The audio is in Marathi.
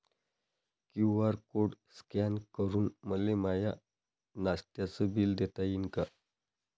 क्यू.आर कोड स्कॅन करून मले माय नास्त्याच बिल देता येईन का?